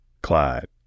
Clyde